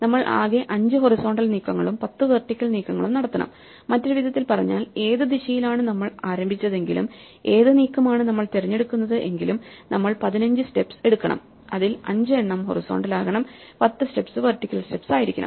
നമ്മൾ ആകെ 5 ഹൊറിസോണ്ടൽ നീക്കങ്ങളും 10 വെർട്ടിക്കൽ നീക്കങ്ങളും നടത്തണം മറ്റൊരു വിധത്തിൽ പറഞ്ഞാൽ ഏത് ദിശയിലാണ് നമ്മൾ ആരംഭിച്ചതെങ്കിലും ഏത് നീക്കമാണ് നമ്മൾ തിരഞ്ഞെടുക്കുന്നത് എങ്കിലും നമ്മൾ 15 സ്റ്റെപ്സ് എടുക്കണം അതിൽ 5 എണ്ണം ഹൊറിസോണ്ടൽ ആകണം 10 സ്റ്റെപ്സ് വെർട്ടിക്കൽ സ്റ്റെപ്സ് ആയിരിക്കണം